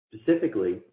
Specifically